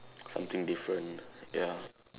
something different ya